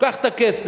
קח את הכסף